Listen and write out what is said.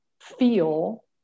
feel